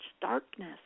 darkness